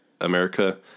America